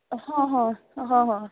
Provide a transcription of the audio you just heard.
ਹਾਂ ਹਾਂ ਹਾਂ ਹਾਂ